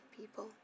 people